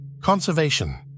Conservation